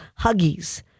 Huggies